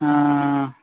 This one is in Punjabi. ਹਾਂ